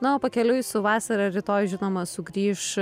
na o pakeliui su vasara rytoj žinoma sugrįš